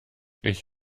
ich